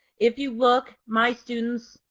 if you look, my students,